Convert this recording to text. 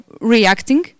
reacting